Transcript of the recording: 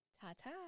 Ta-ta